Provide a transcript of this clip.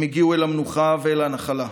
הם הגיעו אל המנוחה ואל הנחלה,